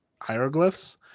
hieroglyphs